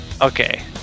Okay